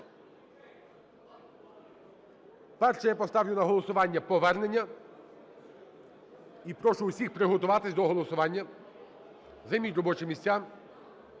Перше я поставлю на голосування повернення. І прошу всіх приготуватись до голосування. Займіть робочі місця.